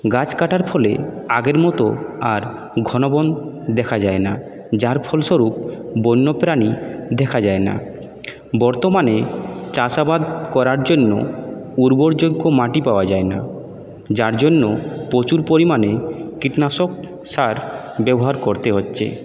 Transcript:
গাছ কাটার ফলে আগের মতো আর ঘন বন দেখা যায় না যার ফলস্বরূপ বন্যপ্রাণী দেখা যায় না বর্তমানে চাষাবাদ করার জন্য উর্বরযোগ্য মাটি পাওয়া যায় না যার জন্য প্রচুর পরিমাণে কীটনাশক সার ব্যবহার করতে হচ্ছে